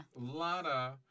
Lada